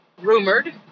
rumored